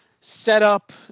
setup